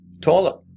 taller